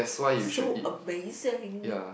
so amazing